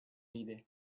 иде